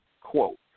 quote